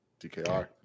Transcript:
DKR